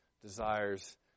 desires